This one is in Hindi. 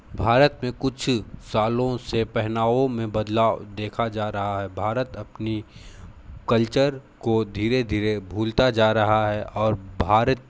भारत में कुछ सालों से पहनावों में बदलाव देखा जा है भारत अपनी कल्चर को धीरे धीरे भूलता जा रहा है और भारत